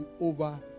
over